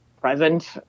present